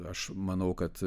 aš manau kad